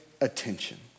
attention